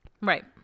Right